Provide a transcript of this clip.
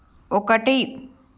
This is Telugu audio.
ఒకటి